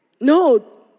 no